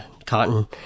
cotton